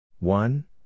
One